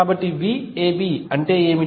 కాబట్టి VAB అంటే ఏమిటి